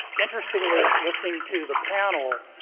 interestingly, listening to the panel,